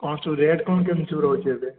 କ'ଣ ସବୁ ରେଟ୍ କ'ଣ କେମିତି ସବୁ ରହୁଛି ଏବେ